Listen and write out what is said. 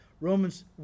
Romans